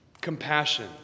compassion